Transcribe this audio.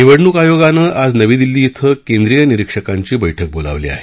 निवडणूक आयोगानं ने आज नवी दिल्ली इथं केंद्रीय निरीक्षकांची बैठक बोलावली आहे